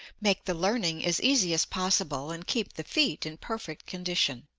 make the learning as easy as possible and keep the feet in perfect condition.